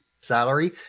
salary